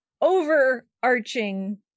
overarching